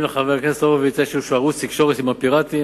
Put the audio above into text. אם לחבר הכנסת הורוביץ יש איזשהו ערוץ תקשורת עם הפיראטים,